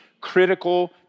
critical